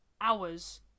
hours